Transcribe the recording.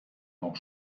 noch